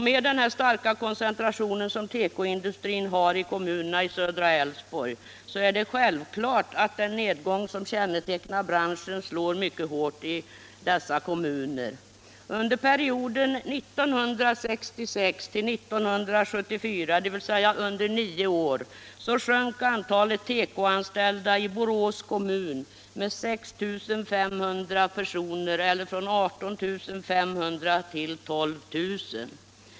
Med den starka koncentration som tekoindustrin har i kommunerna i södra Älvsborg så är det självklart att den nedgång som kännetecknar branschen slår mycket hårt i dessa kommuner. Under perioden 1966-1974, dvs. under nio år, sjönk antalet tekoanställda i Borås kommun med 6 500 personer eller från 18 500 till 12 000.